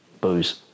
Booze